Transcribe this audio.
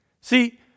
See